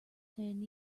ten